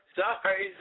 sorry